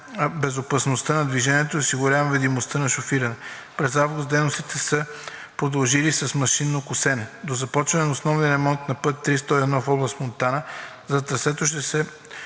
безопасността на движението и осигуряване видимостта на шофиране. През месец август дейностите са продължили с машинно косене. До започване на основния ремонт на път III-101 в област Монтана за трасето ще се